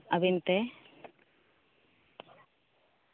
ᱟᱹᱵᱤᱱ ᱛᱮ